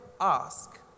ask